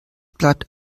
bleibt